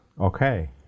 Okay